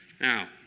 Now